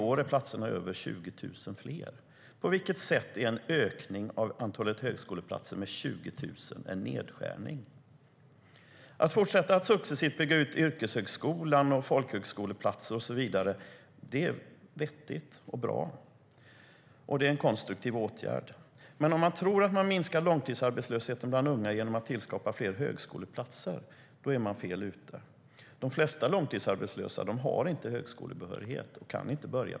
I år är platserna över 20 000 fler. Men om man tror att man minskar långtidsarbetslösheten bland unga genom att tillskapa fler högskoleplatser är man fel ute.